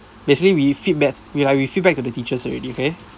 basically we feedback we like we feedback to the teachers already okay